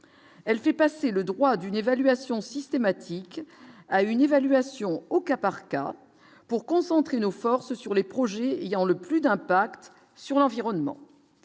elle fait passer le droit d'une évaluation systématique à une évaluation au cas par cas pour concentrer nos forces sur les projets ayant le plus d'impact sur l'environnement,